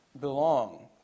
belong